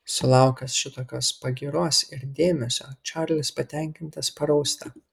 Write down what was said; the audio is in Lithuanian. sulaukęs šitokios pagyros ir dėmesio čarlis patenkintas parausta